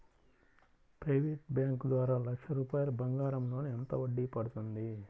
Private bank ద్వారా లక్ష రూపాయలు బంగారం లోన్ ఎంత వడ్డీ పడుతుంది?